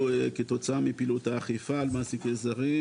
כתוצאה מפעילות האכיפה על מעסיקי זרים.